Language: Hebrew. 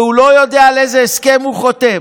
והוא לא יודע על איזה הסכם הוא חותם,